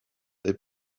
they